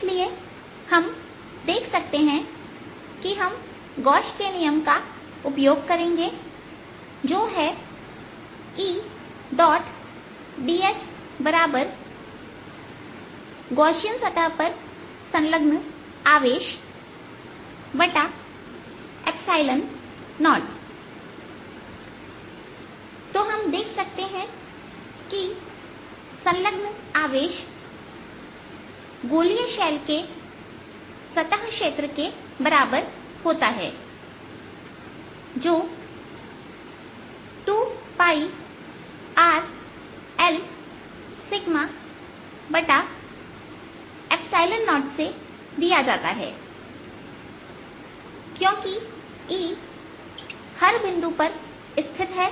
इसलिए हम देख सकते हैं कि हम गोश के नियम का उपयोग करेंगे जो है Edsगौशियन सतह पर संलग्न आवेश0 तो हम देख सकते हैं कि संलग्न आवेश गोलीय शैल के सतह क्षेत्र के बराबर होता है जो 2πRLσ0 से दिया जाता है क्योंकि E हर बिंदु पर स्थित है